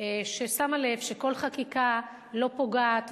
ששמה לב שכל חקיקה לא פוגעת,